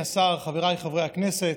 חבריי חברי הכנסת,